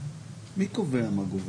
מי קובע מה גובר?